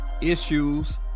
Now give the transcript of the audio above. issues